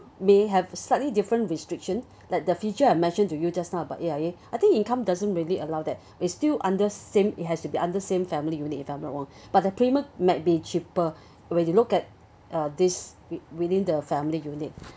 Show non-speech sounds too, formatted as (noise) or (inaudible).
may have slightly different restriction (breath) like the future I mentioned to you just now about A_I_A (breath) I think income doesn't really allow that (breath) we still under same it has to be under same family unit if I'm not wrong but the premium might be cheaper (breath) when you look at uh this within the family unit